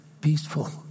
peaceful